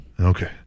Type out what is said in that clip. okay